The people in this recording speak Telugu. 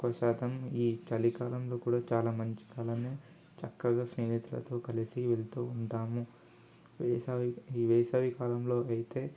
ఎక్కువశాతం ఈ చలికాలంలో కూడా చాలా మంచికాలమే చక్కగా స్నేహితులతో కలిసి వెళ్తూ ఉంటాము వేసవి ఈ వేసవికాలంలో అయితే